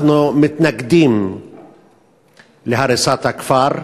אנחנו מתנגדים להריסת הכפר.